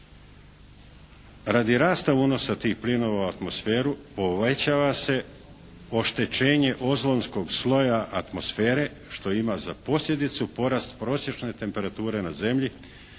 Radi rasta unosa tih plinova u atmosferu povećava se oštećenje ozonskog sloja atmosfere što ima za posljedicu porast prosječne temperature na zemlji